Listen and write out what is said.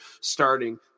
starting